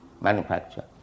Manufacture